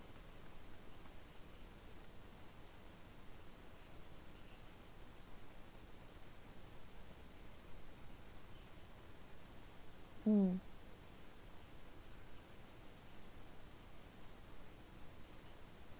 mm